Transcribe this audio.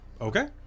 Okay